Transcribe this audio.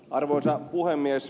arvoisa puhemies